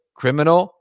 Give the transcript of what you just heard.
criminal